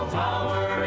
power